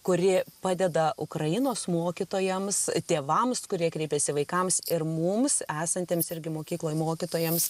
kuri padeda ukrainos mokytojams tėvams kurie kreipėsi vaikams ir mums esantiems irgi mokykloj mokytojams